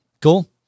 Cool